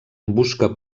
busca